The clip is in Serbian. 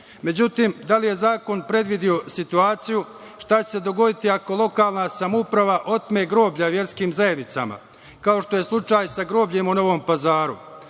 da li je zakon predvideo situaciju šta će se dogoditi ako lokalna samouprava otme groblja verskim zajednicama, kao što je slučaj sa grobljima u Novom Pazaru,